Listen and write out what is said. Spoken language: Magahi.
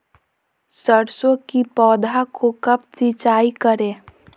सरसों की पौधा को कब सिंचाई करे?